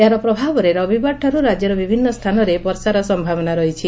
ଏହାର ପ୍ରଭାବରେ ରବିବାରଠାରୁ ରାଜ୍ୟର ବିଭିନ୍ ସ୍ଥାନରେ ବର୍ଷାର ସମ୍ଭାବନା ରହିଛି